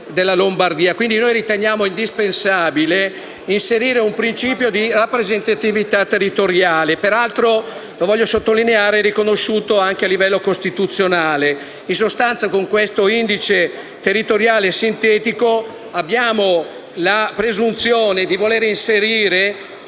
quindi indispensabile inserire un principio di rappresentatività territoriale, peraltro, lo voglio sottolineare, riconosciuto anche a livello costituzionale. In sostanza, con questo indice territoriale sintetico abbiamo la presunzione di voler inserire